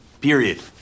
Period